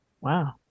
Wow